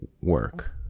work